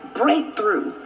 breakthrough